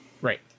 Right